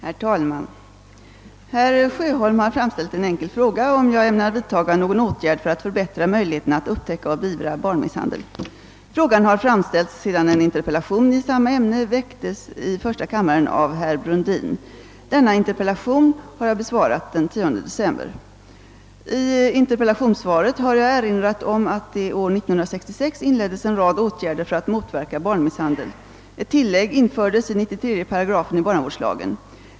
Herr talman! Herr Sjöholm har framställt en enkel fråga om jag ämnar vidtaga någon åtgärd för att förbättra möjligheterna att upptäcka och beivra barnmisshandel. Frågan har riktats till mig sedan en interpellation i samma ämne framställts i första kammaren av herr Brundin. Denna interpellation har jag besvarat den 10 december. I interpellationssvaret har jag erinrat om att det år 1966 inleddes en rad åtgärder för att motverka barnmisshandel. Ett tillägg infördes i 93 § i barnavårdslagen.